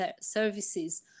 services